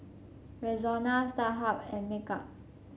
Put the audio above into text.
Rexona Starhub and make up